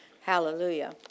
Hallelujah